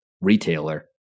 retailer